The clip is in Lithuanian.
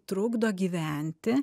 trukdo gyventi